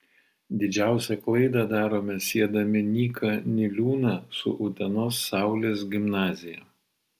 didžiausią klaidą darome siedami nyką niliūną su utenos saulės gimnazija